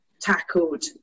tackled